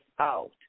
out